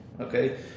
Okay